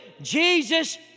Jesus